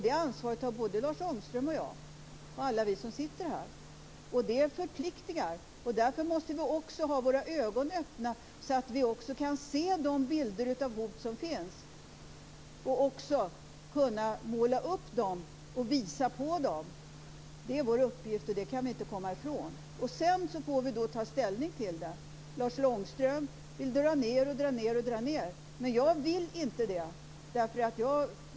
Det ansvaret har Lars Ångström och jag och alla vi som sitter här. Det förpliktigar. Därför måste vi ha våra ögon öppna så att vi också kan se de hotbilder som finns och kan måla upp dem och visa på dem. Det är vår uppgift, och det kan vi inte komma ifrån. Sedan får vi ta ställning till det. Lars Ångström vill dra ned, men jag vill inte det.